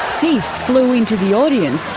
teeth flew into the audience,